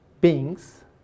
beings